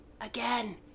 Again